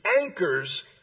anchors